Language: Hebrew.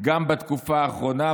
גם בתקופה האחרונה,